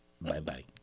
Bye-bye